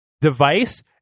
device